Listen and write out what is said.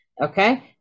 okay